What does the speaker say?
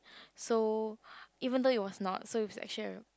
so even though it was not so it was actually a